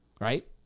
Right